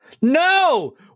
No